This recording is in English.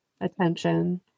attention